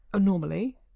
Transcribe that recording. normally